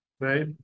right